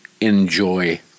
enjoy